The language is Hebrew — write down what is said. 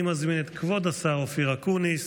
אני מזמין את כבוד השר אופיר אקוניס